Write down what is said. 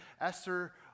Esther